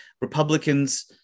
Republicans